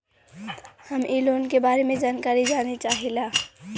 हम इ लोन के बारे मे जानकारी जाने चाहीला?